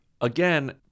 again